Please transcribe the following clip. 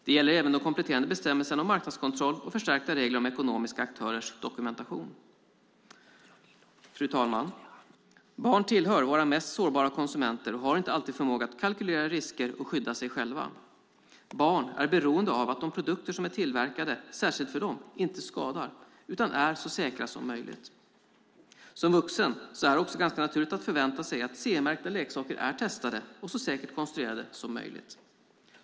Det gäller även de kompletterande bestämmelserna om marknadskontroll och förstärkta regler om ekonomiska aktörers dokumentation. Fru talman! Barn tillhör våra mest sårbara konsumenter och har inte alltid förmåga att kalkylera risker och skydda sig själva. Barn är beroende av att de produkter som är tillverkade särskilt för dem inte skadar utan är så säkra som möjligt. Som vuxen är det också naturligt att förvänta sig att CE-märkta leksaker är testade och så säkert konstruerade som möjligt.